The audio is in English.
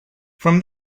from